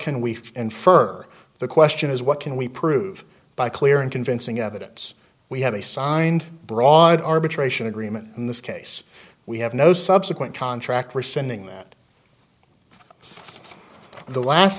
can we infer the question is what can we prove by clear and convincing evidence we have a signed broad arbitration agreement in this case we have no subsequent contract we're sending that the last